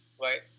right